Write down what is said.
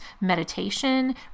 meditation